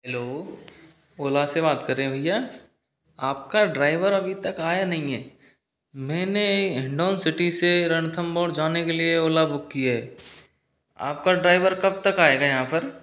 hello Ola से बात कर रहे हैं भैया आपका ड्राइवर अभी तक आया नहीं है मैंने इंदौर सिटी से रणथम्भौर जाने के लिए ओला बुक की है आपका ड्राइवर कब तक आएगा यहाँ पर